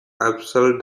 abseil